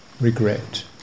regret